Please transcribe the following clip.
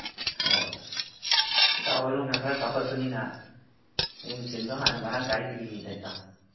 ꯍꯣꯏ ꯏꯇꯥꯎ ꯏꯇꯥꯎꯍꯣꯏ ꯂꯣꯝꯅ ꯈꯔ ꯆꯥꯎꯈꯠꯄꯅꯤꯅ ꯑꯗꯩ ꯃꯦꯆꯤꯟꯗꯣ ꯍꯥꯟꯅ ꯃꯔꯥꯡ ꯀꯥꯏꯕꯒꯤꯅꯤꯗ ꯏꯇꯥꯎ